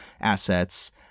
assets